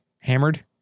hammered